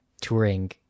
touring